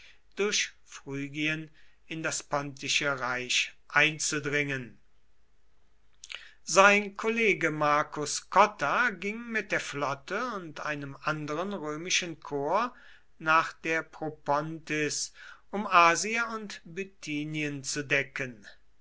durch phrygien in das pontische reich einzudringen sein kollege marcus cotta ging mit der flotte und einem anderen römischen korps nach der propontis um asia und bithynien zu decken